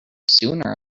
sooner